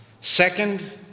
Second